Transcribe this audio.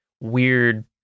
weird